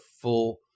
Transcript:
full